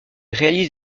réalise